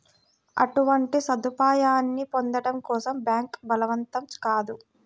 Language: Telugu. అటువంటి సదుపాయాన్ని పొందడం కోసం బ్యాంక్ బలవంతం కాదు